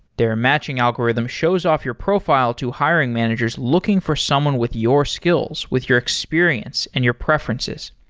their matching algorithm shows off your profile to hiring managers looking for someone with your skills with your experience and your preferences.